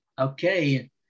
Okay